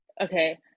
okay